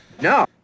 No